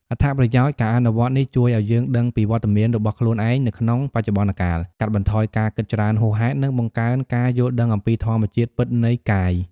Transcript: អត្ថប្រយោជន៍ ការអនុវត្តន៍នេះជួយឲ្យយើងដឹងពីវត្តមានរបស់ខ្លួនឯងនៅក្នុងបច្ចុប្បន្នកាល កាត់បន្ថយការគិតច្រើនហួសហេតុ និងបង្កើនការយល់ដឹងអំពីធម្មជាតិពិតនៃកាយ។